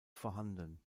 vorhanden